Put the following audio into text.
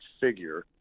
figure